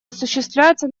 осуществляется